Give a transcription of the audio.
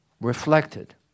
Reflected